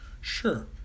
Sure